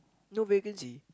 no vacancy